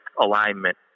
alignment